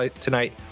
tonight